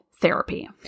therapy